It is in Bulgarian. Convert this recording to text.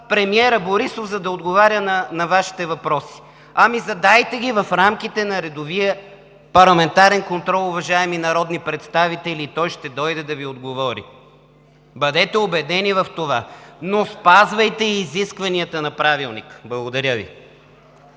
премиерът Борисов, за да отговаря на Вашите въпроси. Ами, задайте ги в рамките на редовия парламентарен контрол, уважаеми народни представители, и той ще дойде да Ви отговори! Бъдете убедени в това! Спазвайте обаче изискванията на Правилника! Благодаря Ви.